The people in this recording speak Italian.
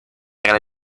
alla